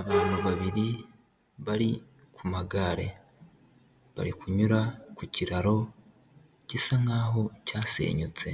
Abantu babiri bari ku magare, bari kunyura ku kiraro gisa nk'aho cyasenyutse,